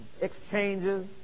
exchanges